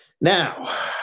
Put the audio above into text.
Now